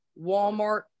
Walmart